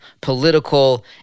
political